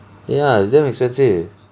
ya it's damn expensive